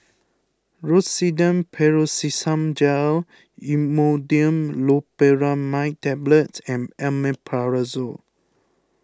Rosiden Piroxicam Gel Imodium Loperamide Tablets and Omeprazole